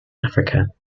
africa